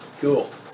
Cool